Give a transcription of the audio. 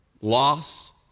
loss